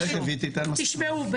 אז הינה, הינה, תשמעו.